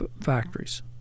factories